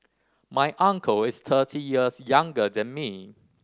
my uncle is thirty years younger than me